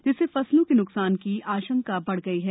जिससे फसलों को नुकसान की आशंका बढ़ गई है